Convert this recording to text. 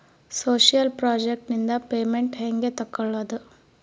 Social project ನಿಂದ payment ಹೆಂಗೆ ತಕ್ಕೊಳ್ಳದು?